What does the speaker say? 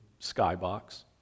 skybox